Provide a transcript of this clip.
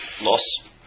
Loss